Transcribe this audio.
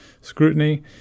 scrutiny